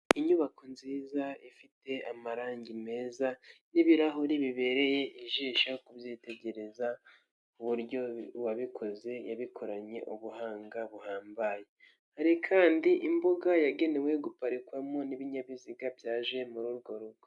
Inyubako nziza ifite amarangi meza n'ibirahuri bibereye ijisho kubyitegereza uburyo uwabikoze yabikoranye ubuhanga buhambaye, hari kandi imbuga yagenewe guparikwamo n'ibinyabiziga byaje muri urwo rugo.